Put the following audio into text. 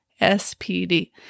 SPD